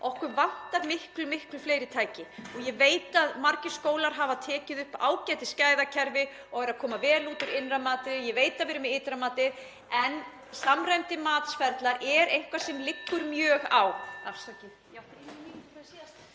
Okkur vantar miklu fleiri tæki og ég veit að margir skólar hafa tekið upp ágætisgæðakerfi og eru að koma vel út úr innra mati. Ég veit að við erum með ytra matið, en samræmdir matsferlar eru eitthvað sem liggur mjög á.